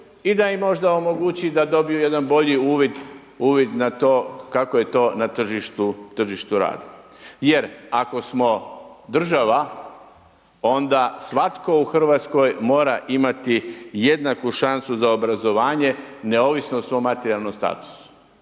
i da im možda omogući da dobiju jedan bolji uvid na to kako je to na tržištu rada. Jer, ako smo država, onda svatko u Hrvatskoj mora imati jednaku šansu za obrazovanje, neovisno o svom materijalnom statusu.